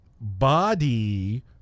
body